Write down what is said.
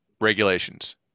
regulations